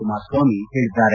ಕುಮಾರ ಸ್ವಾಮಿ ಹೇಳಿದ್ದಾರೆ